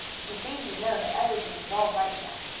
he seemed to know that everything was all right now.